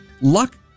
Luck